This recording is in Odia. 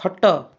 ଖଟ